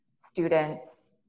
students